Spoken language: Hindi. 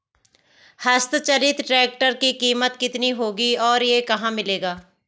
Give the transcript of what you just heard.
हस्त चलित ट्रैक्टर की कीमत कितनी होगी और यह कहाँ मिलेगा?